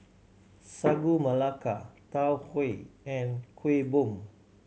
Sagu Melaka Tau Huay and Kueh Bom